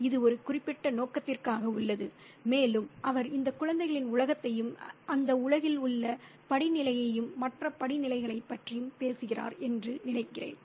இது ஒரு குறிப்பிட்ட நோக்கத்திற்காக உள்ளது மேலும் அவர் இந்த குழந்தைகளின் உலகத்தையும் அந்த உலகில் உள்ள படிநிலையையும் மற்ற படிநிலைகளைப் பற்றிப் பேசுகிறார் என்று நினைக்கிறேன்